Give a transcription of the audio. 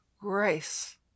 grace